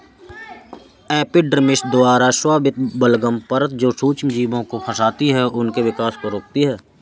epidermis द्वारा स्रावित बलगम परत जो सूक्ष्मजीवों को फंसाती है और उनके विकास को रोकती है